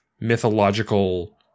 mythological